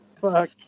fuck